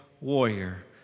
warrior